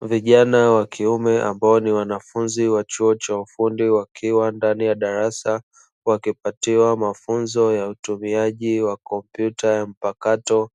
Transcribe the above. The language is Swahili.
Vijana wa kiume ambao ni wanafunzi wa chuo cha ufundi wakiwa ndani ya darasa, wakipatiwa mafunzo ya utumiaji wa kompyuta ya mpakato,